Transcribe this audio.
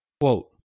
Quote